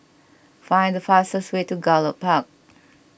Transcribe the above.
find the fastest way to Gallop Park